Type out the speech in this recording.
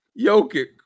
Jokic